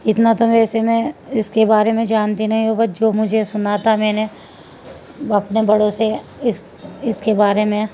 اتنا تو ویسے میں اس کے بارے میں جانتی نہیں ہوں بس جو مجھے سنا تھا میں نے اپنے بڑوں سے اس اس کے بارے میں